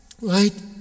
right